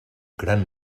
gran